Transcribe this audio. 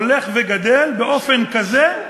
ההולך וגדל באופן כזה,